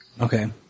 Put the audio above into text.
Okay